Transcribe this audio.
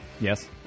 Yes